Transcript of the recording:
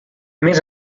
més